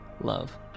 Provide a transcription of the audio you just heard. love